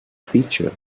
feature